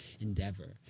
endeavor